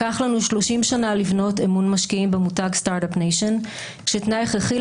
לקח לנו 30 שנה לבנות אמון משקיעים במותג start-up nation ותנאי הכרחי